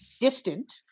distant